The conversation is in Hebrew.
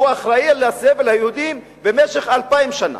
הוא אחראי לסבל היהודים במשך 2,000 שנה.